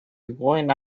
going